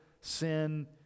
sin